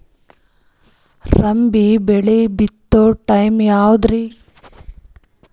ರಾಬಿ ಬೆಳಿ ಬಿತ್ತೋ ಟೈಮ್ ಯಾವದ್ರಿ?